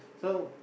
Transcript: so